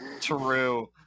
true